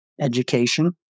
education